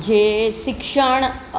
જે શિક્ષણ